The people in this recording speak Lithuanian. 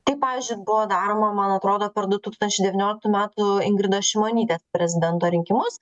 tai pavyzdžiui buvo daroma man atrodo per du tūkstančiai devynioliktų metų ingridos šimonytės prezidento rinkimus